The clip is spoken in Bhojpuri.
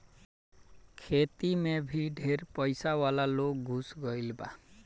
खेती मे भी ढेर पइसा वाला लोग घुस गईल बा